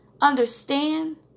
understand